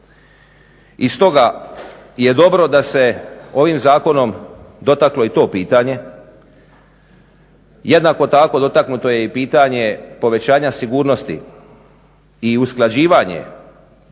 I stoga je dobro da se ovim Zakonom dotaklo i to pitanje. Jednako tako dotaknuto je i pitanje povećanja sigurnosti i usklađivanje